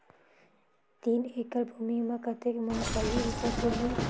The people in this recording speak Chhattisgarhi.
तीन एकड़ भूमि मे कतेक मुंगफली उपज होही?